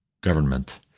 government